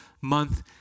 month